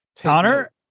Connor